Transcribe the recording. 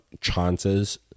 chances